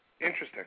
Interesting